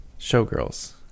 showgirls